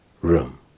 room